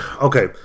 okay